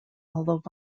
although